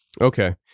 Okay